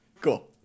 Cool